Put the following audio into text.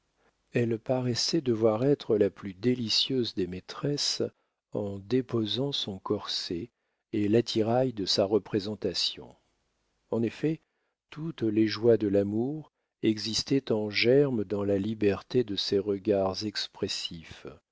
elle paraissait devoir être la plus délicieuse des maîtresses en déposant son corset et l'attirail de sa représentation en effet toutes les joies de l'amour existaient en germe dans la liberté de ses regards expressifs